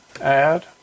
Add